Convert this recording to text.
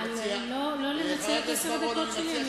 מה, לא לנצל את עשר הדקות שלי?